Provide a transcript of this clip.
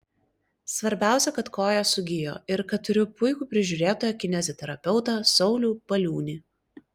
svarbiausia kad koja sugijo ir kad turiu puikų prižiūrėtoją kineziterapeutą saulių paliūnį